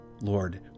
Lord